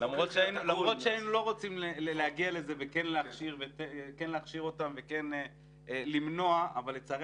כן רוצים להגיע לזה וכן להכשיר אותם וכן למנוע אבל לצערי